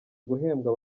guhembwa